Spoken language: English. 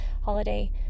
holiday